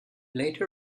later